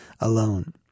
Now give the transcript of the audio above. alone